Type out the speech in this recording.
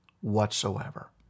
whatsoever